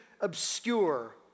obscure